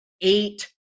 eight